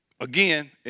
Again